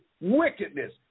wickedness